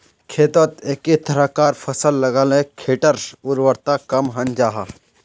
खेतोत एके तरह्कार फसल लगाले खेटर उर्वरता कम हन जाहा